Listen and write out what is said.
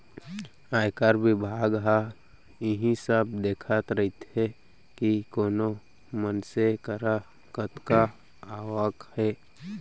आयकर बिभाग ह इही सब देखत रइथे कि कोन मनसे करा कतका आवक हे